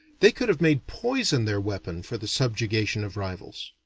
they could have made poison their weapon for the subjugation of rivals.